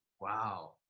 Wow